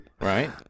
right